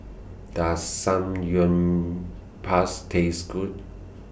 Does Taste Good